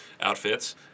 outfits